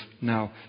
now